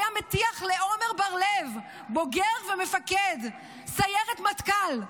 היה מטיח לעומר בר לב, בוגר ומפקד סיירת מטכ"ל: